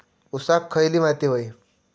ऊसाक खयली माती व्हयी?